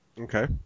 Okay